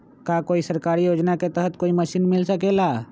का कोई सरकारी योजना के तहत कोई मशीन मिल सकेला?